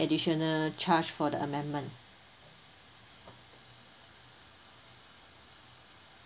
additional charge for the amendment